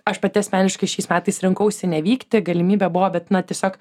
aš pati asmeniškai šiais metais rinkausi nevykti galimybė buvo bet na tiesiog